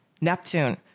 Neptune